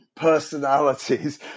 Personalities